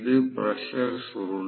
இது பிரஷர் சுருள்